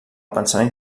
pensament